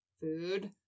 food